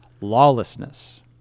lawlessness